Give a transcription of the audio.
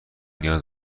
نیاز